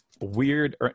weird